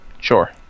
Sure